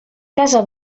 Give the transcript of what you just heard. casa